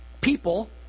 people